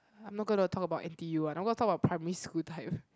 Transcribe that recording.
I'm not gonna talk about N_T_U one I go to talk about primary school type